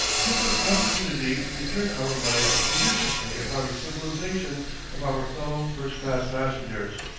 gives us opportunity to turn our minds judicially upon the civilization of our fellow first-class passengers.